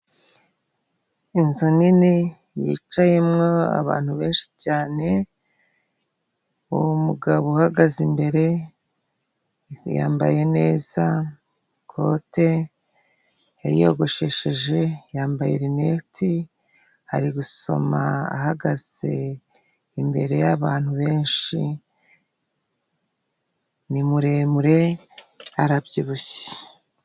Inzu nini yicayemo abantu benshi cyane uwo mugabo uhagaze imbere yambaye neza ikote yariyogoshesheje yambaye linete, ari gusoma ahagaze imbere y'abantu benshi ni muremure arabyibushye.